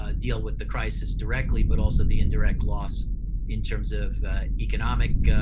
ah deal with the crisis directly, but also the indirect loss in terms of economic